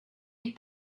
hit